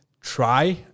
try